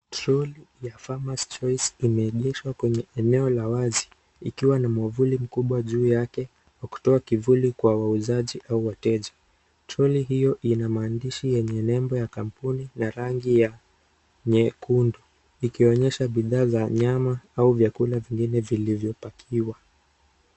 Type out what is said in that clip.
Toroli ya Farmers Choice imeegeshwa kwenye eneo la wazi ikiwa na mwavuli mkubwa juu yake kwa kutoa kivuli kwa wauzaji au wateja. Toroli hiyo ina maandishi yenye nembo ya kampuni na rangi ya nyekundu; ikionyesha bidhaa za nyama au vyakula vingine vilivyopakiwa.